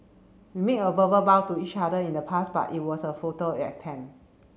we made a verbal bow to each other in the past but it was a attempt